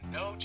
no